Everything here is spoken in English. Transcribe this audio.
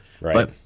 Right